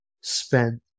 spend